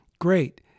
great